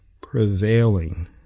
prevailing